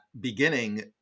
beginning